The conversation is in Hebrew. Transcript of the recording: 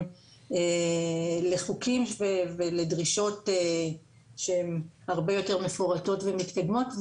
לחוקים ולדרישות שהן הרבה יותר מפורטות ומתקדמות.